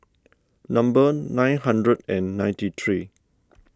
number nine hundred and ninety three